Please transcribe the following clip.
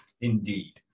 indeed